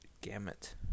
gamut